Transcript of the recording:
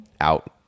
out